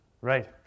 Right